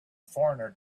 foreigner